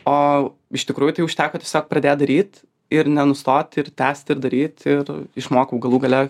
o iš tikrųjų tai užteko tiesiog pradėt daryt ir nenustot ir tęst ir daryt ir išmokau galų gale